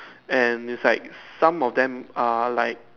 and it's like some of them are like